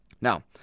Now